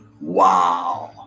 WOW